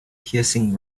piercing